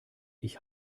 ich